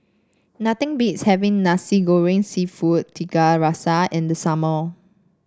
nothing beats having Nasi Goreng seafood Tiga Rasa in the summer